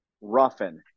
Ruffin